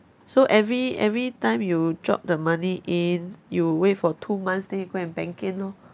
so every every time you drop the money in you wait for two months then you go and bank in lor